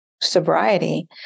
sobriety